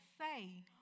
say